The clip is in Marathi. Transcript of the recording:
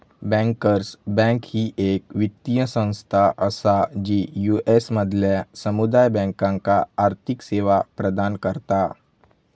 बँकर्स बँक ही येक वित्तीय संस्था असा जी यू.एस मधल्या समुदाय बँकांका आर्थिक सेवा प्रदान करता